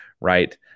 right